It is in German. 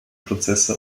prozesse